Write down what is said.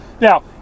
Now